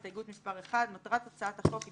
הסתייגות מס' 1: "מטרת הצעת החוק היא